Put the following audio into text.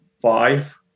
five